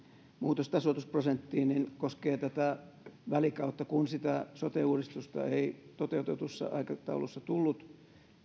muutos tasoitusprosenttiin koskee tätä välikautta kun sitä sote uudistusta ei toteutetussa aikataulussa tullut